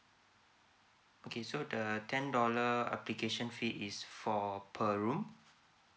okay so the a ten dollar uh application fee is for per room